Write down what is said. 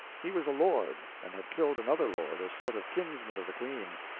he was a lord, and had killed another lord, a sort of kinsman of the queen.